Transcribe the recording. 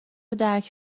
درک